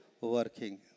working